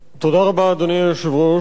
אדוני היושב-ראש,